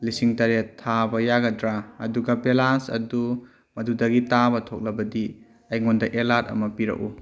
ꯂꯤꯁꯤꯡ ꯇꯔꯦꯠ ꯊꯥꯕ ꯌꯥꯒꯗ꯭ꯔꯥ ꯑꯗꯨꯒ ꯄꯦꯂꯥꯁ ꯑꯗꯨ ꯃꯗꯨꯗꯒꯤ ꯇꯥꯕ ꯊꯣꯛꯂꯕꯗꯤ ꯑꯩꯉꯣꯟꯗ ꯑꯦꯂꯥꯔꯠ ꯑꯃ ꯄꯤꯔꯛꯎ